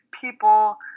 people